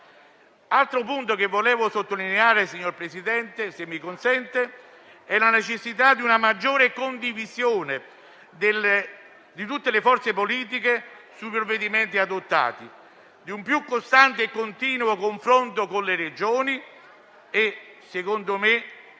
Altro punto che vorrei sottolineare, signor Presidente, è la necessità di una maggiore condivisione da parte di tutte le forze politiche dei provvedimenti adottati, di un più costante e continuo confronto con le Regioni e, infine,